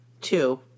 two